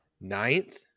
Ninth